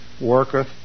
worketh